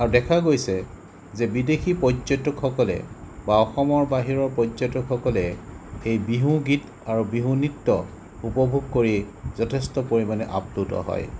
আৰু দেখা গৈছে যে বিদেশী পৰ্যটকসকলে বা অসমৰ বাহিৰৰ পৰ্যটকসকলে এই বিহু গীত আৰু বিহু নৃত্য উপভোগ কৰি যথেষ্ট পৰিমাণে আপ্লুত হয়